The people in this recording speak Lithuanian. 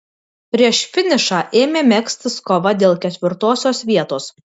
prieš finišą ėmė megztis kova dėl ketvirtosios vietos